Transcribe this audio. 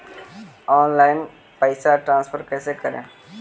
Online पैसा transfer कैसे करे?